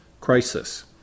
Crisis